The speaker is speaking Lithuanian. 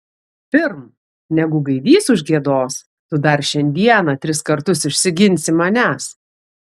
pirm negu gaidys užgiedos tu dar šiandieną tris kartus išsiginsi manęs